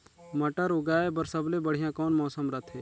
मटर उगाय बर सबले बढ़िया कौन मौसम रथे?